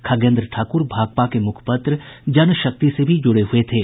खगेन्द्र ठाकुर भाकपा के मुखपत्र जनशक्ति से भी जुड़े हुये थे